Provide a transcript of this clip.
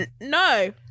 No